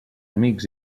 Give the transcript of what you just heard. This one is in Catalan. amics